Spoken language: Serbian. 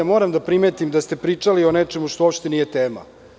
Moram da primetim da ste pričali o nečemu što uopšte nije tema.